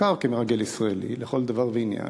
שהוכר כמרגל ישראלי לכל דבר ועניין,